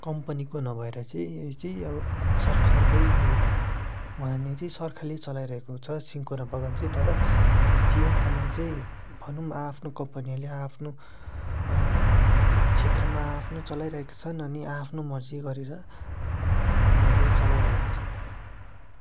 कम्पनीको नभएर चाहिँ यो चाहिँ अब सरकारकै हो वहाँनिर चाहिँ सरकारले चलाइरहेको छ सिन्कोना बगान चाहिँ तर चिया कमान चाहिँ भनौँ आआफ्नो कम्पनीले आआफ्नो क्षेत्रमा आआफ्नो चलाइरहेका छन् अनि आआफ्नो मर्जी गरेर उहाँहरूले चलाइरहेका छन्